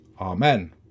Amen